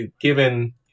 given